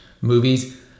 movies